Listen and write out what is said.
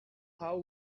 how